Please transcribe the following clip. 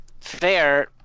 fair